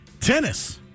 tennis